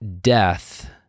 death